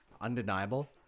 Undeniable